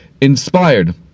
Inspired